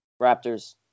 Raptors